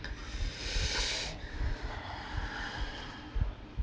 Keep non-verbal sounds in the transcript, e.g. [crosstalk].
[breath]